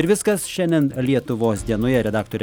ir viskas šiandien lietuvos dienoje redaktorė